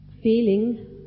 Feeling